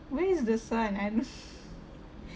where is the sun I don't know